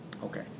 Okay